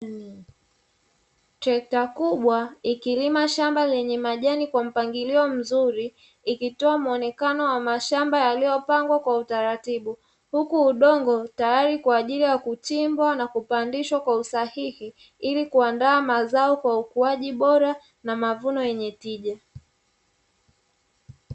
Trekta kubwa likilima shamba lenye majani kwa mpangilio mzuri likitoa muonekano wa mashamba yaliyopangwa kwa utaratibu, huku udongo tayari kwa kuchimbwa na kupandishwa kwa usahihi ili kuandaa mazao kwa ukuaji bora na mavuno yenye tija.